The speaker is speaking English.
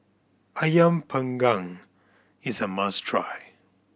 Ayam Panggang is a must try